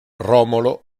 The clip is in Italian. romolo